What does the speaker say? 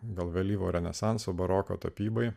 gal vėlyvo renesanso baroko tapybai